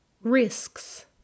Risks